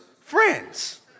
Friends